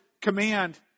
command